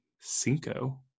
Cinco